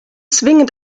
zwingend